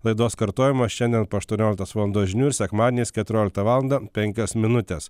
laidos kartojimas šiandien po aštuonioliktos valandos žinių ir sekmadieniais keturioliktą valandą penkios minutės